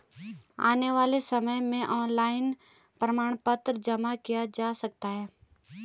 आने वाले समय में ऑनलाइन प्रमाण पत्र जमा किया जा सकेगा